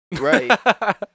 Right